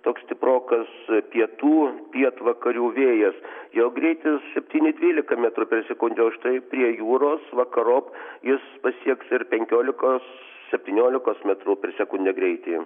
toks stiprokas pietų pietvakarių vėjas jo greitis septyni dvylika metrų per sekundę o štai prie jūros vakarop jis pasieks ir penkiolikos septyniolikos metrų per sekundę greitį